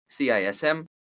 CISM